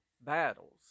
battles